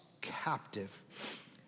captive